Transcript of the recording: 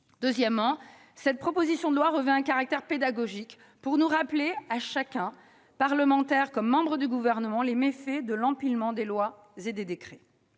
Deuxièmement, cette proposition de loi revêt un caractère pédagogique pour nous rappeler à tous, parlementaires ou membres du Gouvernement, les méfaits de l'empilement des lois et des décrets.